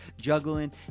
juggling